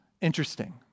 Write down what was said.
interesting